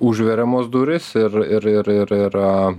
užveriamos durys ir ir yra